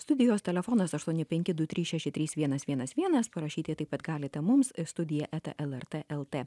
studijos telefonas aštuoni penki du trys šeši trys vienas vienas vienas parašyti taip pat galite mums studija eta lrt lt